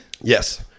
yes